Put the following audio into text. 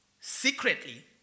secretly